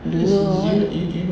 you know what